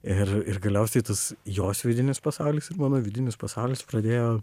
ir ir galiausiai tas jos vidinis pasaulis ir mano vidinis pasaulis pradėjo